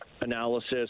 analysis